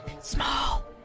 Small